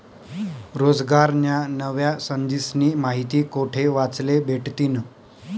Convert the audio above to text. रोजगारन्या नव्या संधीस्नी माहिती कोठे वाचले भेटतीन?